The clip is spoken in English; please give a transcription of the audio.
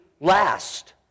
last